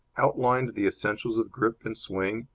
outlined the essentials of grip and swing,